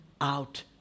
out